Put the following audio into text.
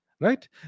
Right